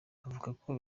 avugako